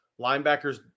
Linebackers –